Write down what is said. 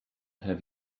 have